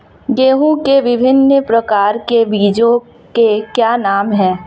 गेहूँ के विभिन्न प्रकार के बीजों के क्या नाम हैं?